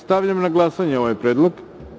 Stavljam na glasanje ovaj predlog.